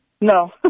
No